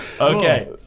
Okay